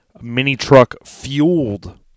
mini-truck-fueled